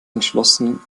entschlossen